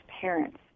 parents